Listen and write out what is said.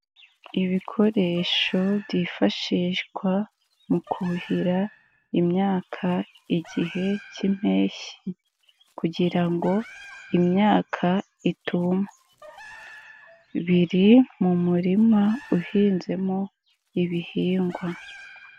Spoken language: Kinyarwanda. Ibikoresho byifashishwa mu kuhira imyaka igihe cy'impeshyi kugira ngo imyaka ituma. Biri mu murima uhinzemo ibihingwa.